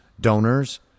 donors